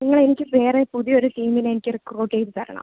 നിങ്ങൾ എനിക്ക് വേറെ പുതിയ ഒരു ടീമിനെ എനിക്ക് റിക്രൂട്ട് ചെയ്ത് തരണം